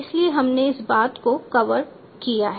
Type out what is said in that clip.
इसलिए हमने इस बात को कवर किया है